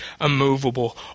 immovable